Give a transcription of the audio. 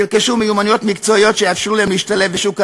ירכשו מיומנויות מקצועיות שיאפשרו להם להשתלב בשוק העבודה,